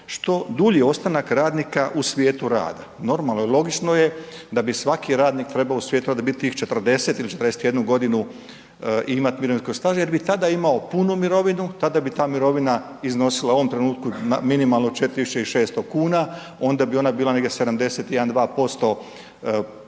što dulji ostanak radnika u svijetu rada. Normalno je i logično je da bi svaki radnik trebao u svijetu rada biti tih 40 ili 41 godinu imati mirovinskog staža jer bi tada imao punu mirovinu, tada bi ta mirovina iznosila u ovom trenutku minimalno 4600 kn, onda bi ona bila negdje 71, 2%